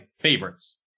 favorites